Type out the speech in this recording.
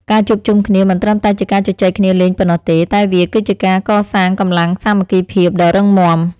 ការជួបជុំគ្នាមិនត្រឹមតែជាការជជែកគ្នាលេងប៉ុណ្ណោះទេ តែវាគឺជាការកសាងកម្លាំងសាមគ្គីភាពដ៏រឹងមាំ។